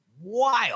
wild